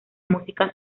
música